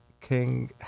King